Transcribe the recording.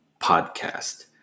Podcast